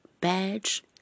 badge